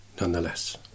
nonetheless